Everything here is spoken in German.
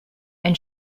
ein